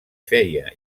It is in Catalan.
feia